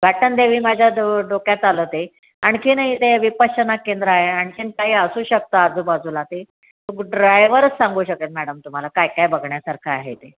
घाटनदेवी माझ्या दो डोक्यात आलं ते आणखीही ते विपश्यना केंद्र आहे आणखी काही असू शकतं आजूबाजूला ते तो ड्रायवरच सांगू शकेल मॅडम तुम्हाला काय काय बघण्यासारखं आहे ते